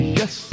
yes